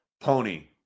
Pony